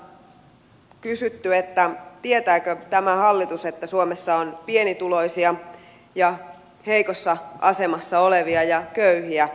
täällä on kysytty tietääkö tämä hallitus että suomessa on pienituloisia ja heikossa asemassa olevia ja köyhiä